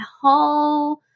whole